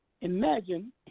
Imagine